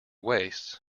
waists